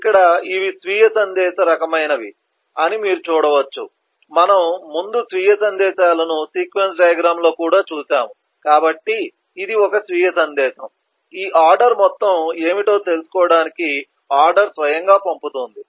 ఇక్కడ ఇవి స్వీయ సందేశ రకమైనవి అని మీరు చూడవచ్చు మనము ముందు స్వీయ సందేశాలను సీక్వెన్స్ డయాగ్రమ్ లో కూడా చూశాము కాబట్టి ఇది స్వీయ సందేశం ఈ ఆర్డర్ మొత్తం ఏమిటో తెలుసుకోవడానికి ఆర్డర్ స్వయంగా పంపుతుంది